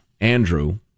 Andrew